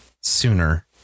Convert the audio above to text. sooner